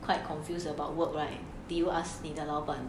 quite confused about work right did you ask 你的老板